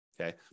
okay